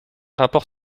rapport